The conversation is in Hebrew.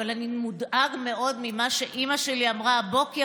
אבל אני מודאג מאוד ממה שאימא שלי אמרה הבוקר.